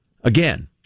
Again